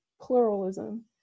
pluralism